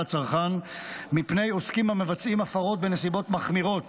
הצרכן מפני עוסקים המבצעים הפרות בנסיבות מחמירות